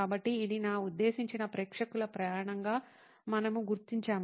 కాబట్టి ఇది నా ఉద్దేశించిన ప్రేక్షకుల ప్రయాణంగా మనము గుర్తించాము